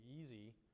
easy